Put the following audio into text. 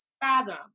fathom